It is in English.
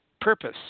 purpose